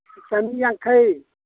ꯆꯅꯤ ꯌꯥꯡꯈꯩ